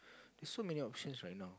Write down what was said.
so many options right now